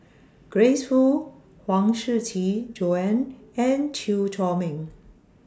Grace Fu Huang Shiqi Joan and Chew Chor Meng